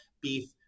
Beef